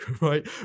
right